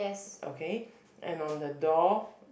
okay and on the door